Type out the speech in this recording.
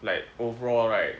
like overall right